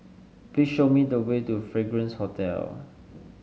please show me the way to Fragrance Hotel